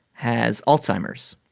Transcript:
has alzheimer's.